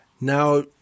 Now